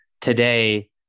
Today